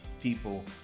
people